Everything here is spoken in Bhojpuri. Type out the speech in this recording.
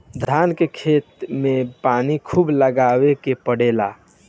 धान के खेत में पानी खुब लगावे के पड़ेला